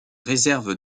réserves